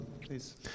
Please